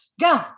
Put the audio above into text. Go